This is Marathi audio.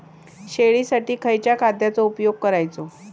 शेळीसाठी खयच्या खाद्यांचो उपयोग करायचो?